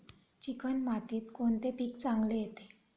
Chicken मातीत कोणते पीक चांगले येते?